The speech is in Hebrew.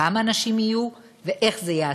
כמה אנשים יהיו ואיך זה ייעשה.